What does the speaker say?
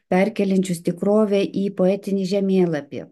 perkeliančius tikrovę į poetinį žemėlapį